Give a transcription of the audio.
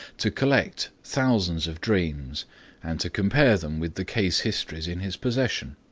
to collect thousands of dreams and to compare them with the case histories in his possession.